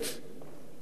בביטחון,